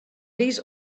these